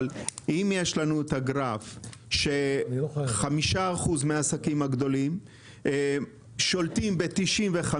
אבל אם יש לנו את הגרף ש- 5% מהעסקים הגדולים שולטים ב-95,